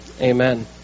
Amen